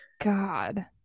God